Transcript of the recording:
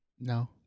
No